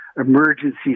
emergency